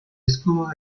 escudo